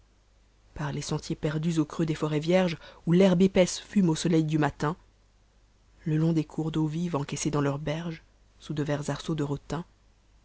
par les sentiers perdus au creux des forêts vierges ou l'herbe épaisse fume au soleil du matin le long des cours d'eau vive encaissés dans leurs berges sous de verts arceaux de'rotin